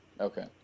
Okay